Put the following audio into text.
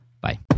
Bye